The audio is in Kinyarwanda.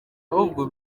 ahubwo